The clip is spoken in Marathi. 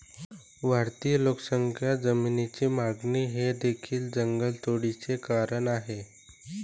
वाढती लोकसंख्या, जमिनीची मागणी हे देखील जंगलतोडीचे कारण आहे